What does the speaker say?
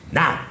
now